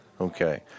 Okay